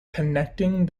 connecting